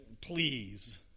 please